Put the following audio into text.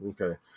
Okay